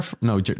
No